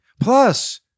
Plus